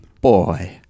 boy